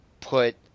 put